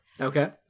Okay